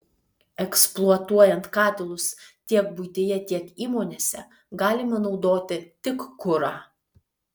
eksploatuojant katilus tiek buityje tiek įmonėse galima naudoti tik kurą